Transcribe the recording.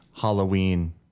Halloween